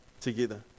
together